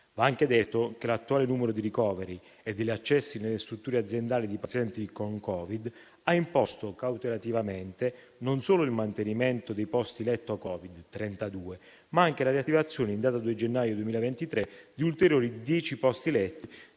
Va anche detto che l'attuale numero di ricoveri e di accessi nelle strutture aziendali di pazienti con Covid ha imposto cautelativamente non solo il mantenimento dei posti letto Covid (32), ma anche la riattivazione in data 2 gennaio 2023 di ulteriori 10 posti letto